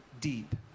deep